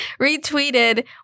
retweeted